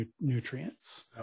nutrients